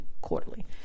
quarterly